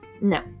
No